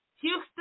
Houston